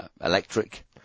electric